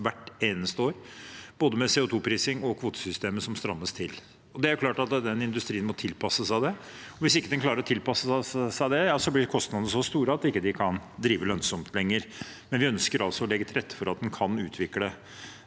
hvert eneste år. Både CO2-prising og kvotesystemet strammes til. Det er klart at den industrien må tilpasse seg det, for hvis de ikke klarer å tilpasse seg det, blir kostnadene så store at de ikke kan drive lønnsomt lenger. Vi ønsker altså å legge til rette for at de kan utvikle